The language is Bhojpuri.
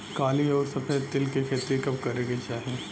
काली अउर सफेद तिल के खेती कब करे के चाही?